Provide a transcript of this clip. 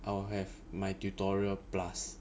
I'll have my tutorial plus